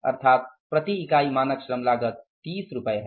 अर्थात प्रति इकाई मानक श्रम लागत 30 रुपये है